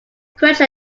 encouraged